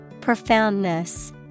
Profoundness